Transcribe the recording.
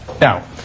Now